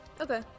Okay